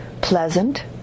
Pleasant